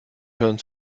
hören